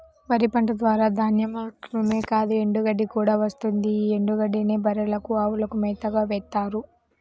వరి పంట ద్వారా ధాన్యం మాత్రమే కాదు ఎండుగడ్డి కూడా వస్తుంది యీ ఎండుగడ్డినే బర్రెలకు, అవులకు మేతగా వేత్తారు